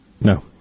No